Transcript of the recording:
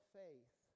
faith